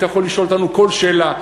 אתה יכול לשאול אותנו כל שאלה,